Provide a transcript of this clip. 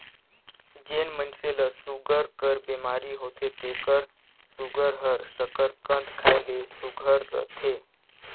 जेन मइनसे ल सूगर कर बेमारी होथे तेकर सूगर हर सकरकंद खाए ले सुग्घर रहथे